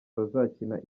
bazakina